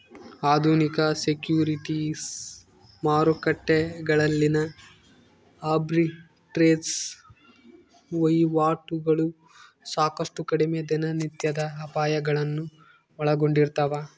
ಆಧುನಿಕ ಸೆಕ್ಯುರಿಟೀಸ್ ಮಾರುಕಟ್ಟೆಗಳಲ್ಲಿನ ಆರ್ಬಿಟ್ರೇಜ್ ವಹಿವಾಟುಗಳು ಸಾಕಷ್ಟು ಕಡಿಮೆ ದಿನನಿತ್ಯದ ಅಪಾಯಗಳನ್ನು ಒಳಗೊಂಡಿರ್ತವ